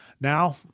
Now